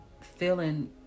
feeling